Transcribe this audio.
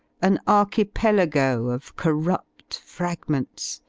an archipelago of corrupt fragments,